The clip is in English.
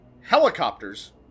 helicopters